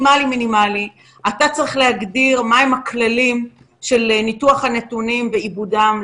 אתה צריך לקבוע את הכללים לניתוח הנתונים ועיבודם.